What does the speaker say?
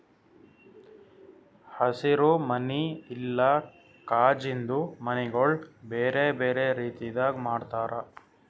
ಹಸಿರು ಮನಿ ಇಲ್ಲಾ ಕಾಜಿಂದು ಮನಿಗೊಳ್ ಬೇರೆ ಬೇರೆ ರೀತಿದಾಗ್ ಮಾಡ್ತಾರ